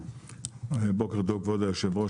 בוקר טוב כבוד היושב-ראש,